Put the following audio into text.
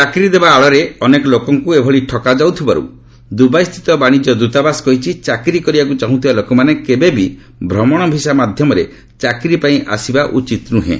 ଚାକିରୀ ଦେବା ଆଳରେ ଅନେକ ଲୋକଙ୍କୁ ଏଭଳି ଠକାଯାଉଥିବାରୁ ଦୁବାଇସ୍ଥିତ ବାଣିଜ୍ୟ ଦୃତାବାସ କହିଛି ଚାକିରୀ କରିବାକୁ ଚାହୁଁଥିବା ଲୋକମାନେ କେବେବି ଭ୍ୱମଣ ବିଜା ମାଧ୍ୟମରେ ଚାକିରୀ ପାଇଁ ଆସିବା ଉଚିତ୍ ନୁହେଁ